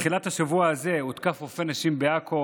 בתחילת השבוע הזה הותקף רופא נשים בעכו